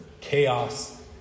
chaos